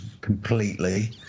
completely